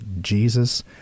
Jesus